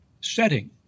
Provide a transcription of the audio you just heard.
setting